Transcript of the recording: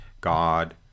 God